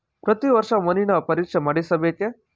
ಪ್ರತಿ ವರ್ಷ ಮಣ್ಣಿನ ಪರೀಕ್ಷೆ ಮಾಡಿಸಬೇಕೇ?